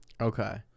Okay